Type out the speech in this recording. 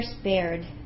spared